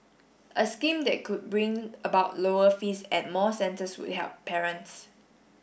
a scheme that could bring about lower fees at more centres would help parents